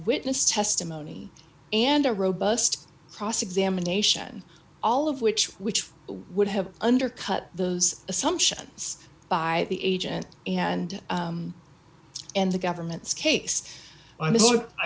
witness testimony and a robust cross examination all of which which would have undercut those assumptions by the agent and and the government's case